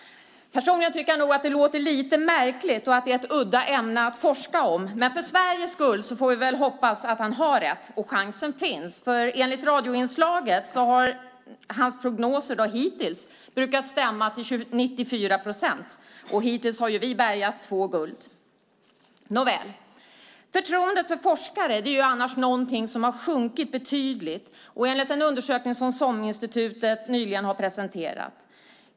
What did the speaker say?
Personligen tycker jag nog att det låter lite märkligt och att det är ett udda ämne att forska om, men för Sveriges skull får vi väl hoppas att han har rätt, och chansen finns. Enligt radioinslaget har hans prognoser hittills brukat stämma till 94 procent, och vi har redan bärgat två guld. Förtroendet för forskare är annars något som har sjunkit betydligt enligt en undersökning som SOM-institutet nyligen har presenterat.